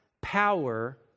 power